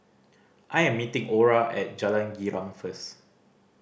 I am meeting Ora at Jalan Girang first